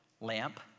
lamp